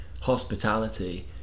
hospitality